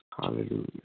Hallelujah